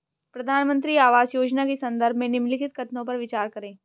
प्रधानमंत्री आवास योजना के संदर्भ में निम्नलिखित कथनों पर विचार करें?